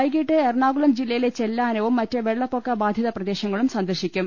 വൈകീട്ട് എറണാകുളം ജില്ലയിലെ ചെല്ലാനവും മറ്റ് വെള്ളപ്പൊക്ക ബാധിത പ്രദേ ശങ്ങളും സന്ദർശിക്കും